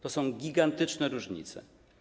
To są gigantyczne różnice.